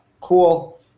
cool